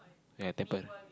ya tempa~